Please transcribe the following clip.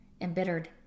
embittered